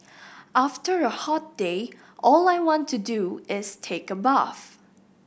after a hot day all I want to do is take a bath